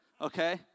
okay